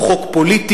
הוא חוק פוליטי,